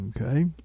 Okay